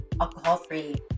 alcohol-free